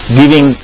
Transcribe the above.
giving